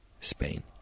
Spain